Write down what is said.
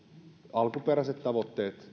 alkuperäiset tavoitteet